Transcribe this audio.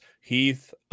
Heath